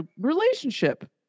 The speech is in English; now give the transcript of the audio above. relationship